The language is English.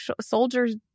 soldiers